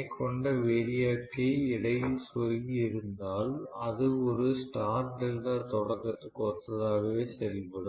ஐக் கொண்ட ஒரு வேரியாக் கை இடையில் சொருகி இருந்தால் அது ஒரு ஸ்டார் டெல்டா தொடக்கத்துக்கு ஒத்ததாகவே செயல்படும்